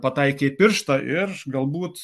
pataikė į pirštą ir galbūt